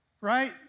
right